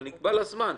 אבל נקבע לה זמן.